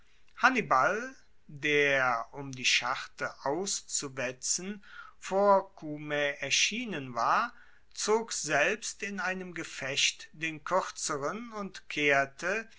hannibal der um die scharte auszuwetzen vor cumae erschienen war zog selbst in einem gefecht den kuerzeren und kehrte